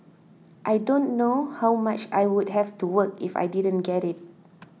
I don't know how much I would have to work if I didn't get it